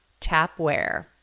Tapware